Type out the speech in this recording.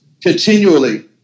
continually